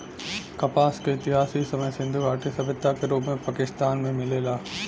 कपास क इतिहास इ समय सिंधु घाटी सभ्यता के रूप में पाकिस्तान में मिलेला